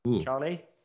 Charlie